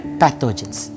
pathogens